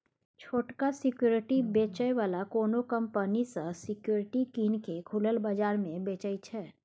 छोटका सिक्युरिटी बेचै बला कोनो कंपनी सँ सिक्युरिटी कीन केँ खुलल बजार मे बेचय छै